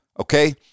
okay